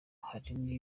hari